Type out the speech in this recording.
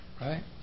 right